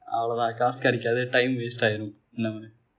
I'll like ask at each other time we stay and known